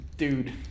Dude